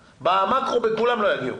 במקרו בכולם לא יגיעו.